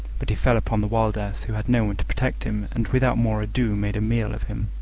but he fell upon the wild ass, who had no one to protect him, and without more ado made a meal of him.